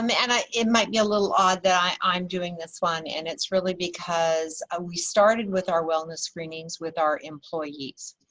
um and it might be a little odd that i'm doing this one, and it's really because ah we started with our wellness screenings with our employees.